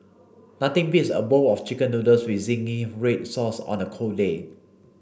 nothing beats a bowl of chicken noodles with zingy red sauce on a cold day